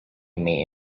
may